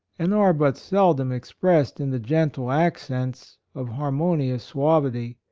and are but sel dom expressed in the gentle accents of harmonious suavity,